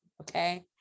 Okay